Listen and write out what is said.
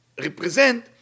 represent